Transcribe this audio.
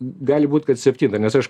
gali būt kad septintą nes aš